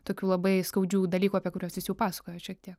tokių labai skaudžių dalykų apie kuriuos jūs jau pasakojot šiek tiek